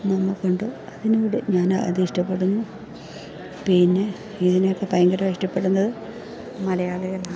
നമ്മൾക്കുണ്ട് അതിനോട് ഞാൻ അതിഷ്ടപ്പെടുന്നു പിന്നെ ഇതിനെയൊക്കെ ഭയങ്കര ഇഷ്ടപ്പെടുന്നത് മലയാളികളാണ്